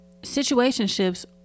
Situationships